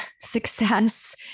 success